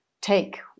take